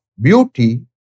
beauty